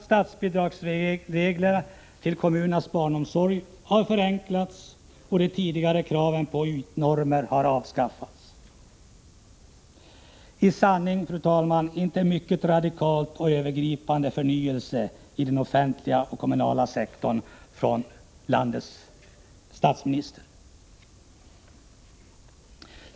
Reglerna för statsbidrag till kommunernas barnomsorg har förenklats och de tidigare kraven på ytnormer har avskaffats. Fru talman! Landets statsminister har i sanning inte redovisat mycket som är radikalt och övergripande i fråga om förnyelse i den offentliga och kommunala sektorn!